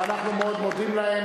ואנחנו מאוד מודים להם,